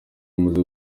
bamaze